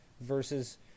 versus